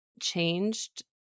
changed